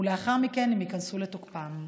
ולאחר מכן הם ייכנסו לתוקפם.